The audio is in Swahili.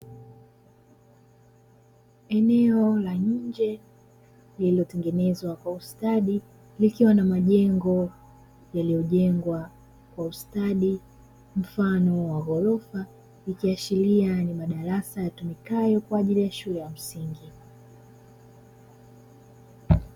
Eneo la nje lililotengenezwa kwa ustadi likiwa na majengo yaliyojengwa kwa ustadi mfano wa ghorofa, ikiashiria ni madarasa yatumikayo kwa ajili ya shule ya msingi.